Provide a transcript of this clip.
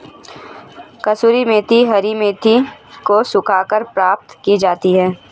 कसूरी मेथी हरी मेथी को सुखाकर प्राप्त की जाती है